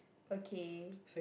okay